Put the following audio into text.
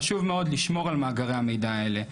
חשוב מאוד לשמור על מאגרי המידע האלה,